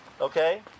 Okay